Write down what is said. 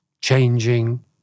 changing